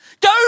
go